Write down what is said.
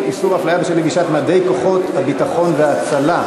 איסור הפליה בשל לבישת מדי כוחות הביטחון וההצלה).